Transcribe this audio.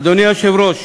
אדוני היושב-ראש,